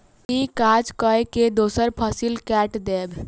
ई काज कय के दोसर फसिल कैट देब